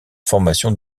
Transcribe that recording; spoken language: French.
formation